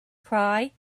cry